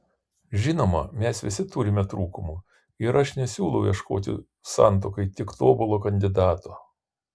žinoma mes visi turime trūkumų ir aš nesiūlau ieškoti santuokai tik tobulo kandidato